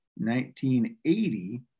1980